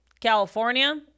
California